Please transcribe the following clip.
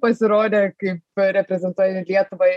pasirodė kaip reprezentuojant lietuvai